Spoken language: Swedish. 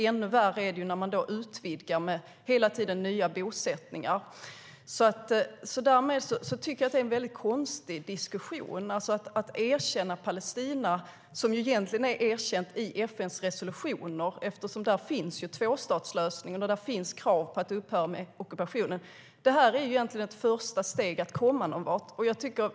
Ännu värre blir det när man hela tiden utvidgar med nya bosättningar. Detta är ett första steg mot att komma någonvart.